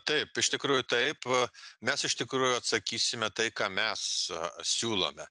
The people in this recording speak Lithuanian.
taip iš tikrųjų taip mes iš tikrųjų atsakysime tai ką mes siūlome